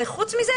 חוץ מזה,